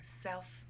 self